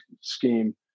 scheme